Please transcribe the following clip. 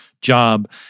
job